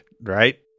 right